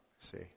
See